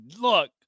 Look